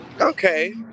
Okay